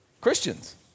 Christians